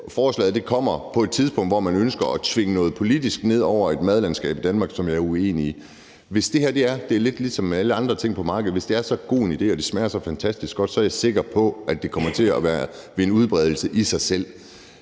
forslaget kommer på et tidspunkt, hvor man ønsker at tvinge noget politisk ned over et madlandskab i Danmark, og det er jeg uenig i. Det er lidt ligesom med alle andre ting på markedet, at hvis det er så god en idé og det smager så fantastisk godt, er jeg sikker på, at det kommer til at vinde udbredelse i sig selv.